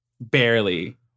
Barely